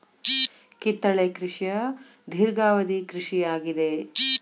ಕಿತ್ತಳೆ ಕೃಷಿಯ ಧೇರ್ಘವದಿ ಕೃಷಿ ಆಗಿದೆ